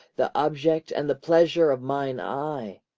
the object and the pleasure of mine eye,